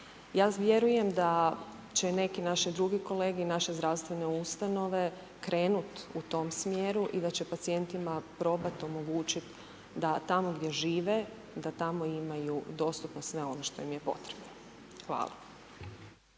Ja vjerujem da će neki naši drugi kolege i naše zdravstvene ustanove krenut u tom smjeru i da će pacijentima probat omogućit da tamo gdje žive, da tamo imaju dostupno sve ono što im je potrebno. Hvala.